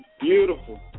beautiful